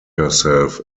herself